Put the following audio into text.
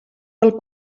del